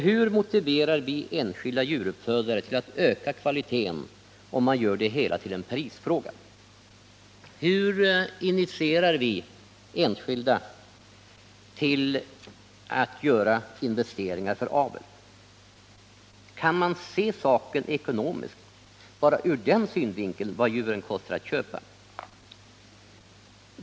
Hur motiverar vi enskilda djuruppfödare till att öka kvaliteten, om vi gör det hela till en prisfråga? Hur initierar vi enskilda till att göra investeringar för avel? Kan man se saken ekonomiskt bara med hänsyn tagen till vad djuren kostar att köpa?